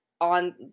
on